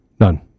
None